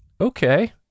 okay